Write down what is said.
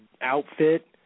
outfit